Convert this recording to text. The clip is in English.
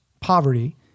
poverty